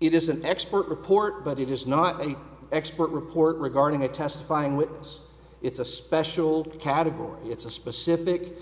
it is an expert report but it is not a expert report regarding a testifying witness it's a special category it's a specific